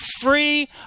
free